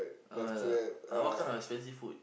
uh what kind of expensive food